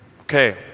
Okay